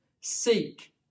Seek